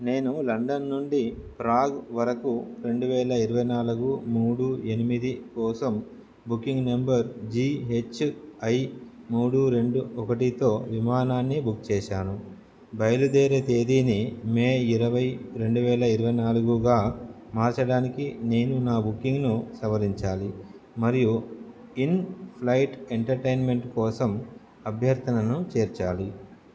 నేను లండన్ నుండి ప్రాగ్ వరకు రెండు వేల ఇరవై నాలుగు మూడు ఎనిమిది కోసం booking number G H I మూడు రెండు ఒకటితో విమానాన్ని బుక్ చేసాను బయలుదేరే తేదీని మే ఇరవై రెండు వేల ఇరవై నాలుగుగా మార్చడానికి నేను నా బుకింగ్ను సవరించాలి మరియు ఇన్ ఫ్లైట్ ఎంటర్టైన్మెంట్ కోసం అభ్యర్థనను చేర్చాలి